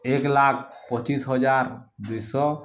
ଏକ ଲକ୍ଷ ପଚିଶି ହଜାର ଦୁଇଶହ